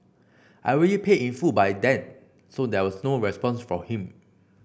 I already paid in full by then so there was no response from him